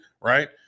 Right